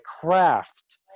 craft